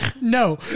No